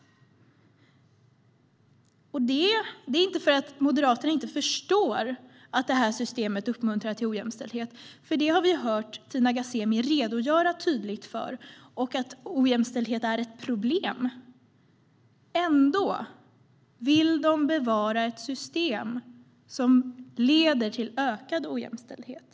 Det beror inte på att Moderaterna inte förstår att systemet uppmuntrar till ojämställdhet. Vi har hört Tina Ghasemi redogöra tydligt för detta och för att ojämställdhet är ett problem. Ändå vill de bevara ett system som leder till ökad ojämställdhet.